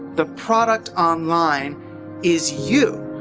the product online is you!